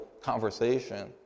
conversation